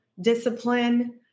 discipline